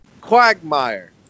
Quagmire